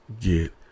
get